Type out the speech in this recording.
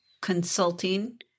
Consulting